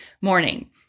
morning